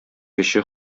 кече